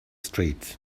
streets